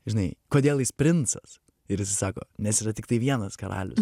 žinai kodėl jis princas ir jisai sako nes yra tiktai vienas karalius